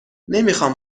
نمیخام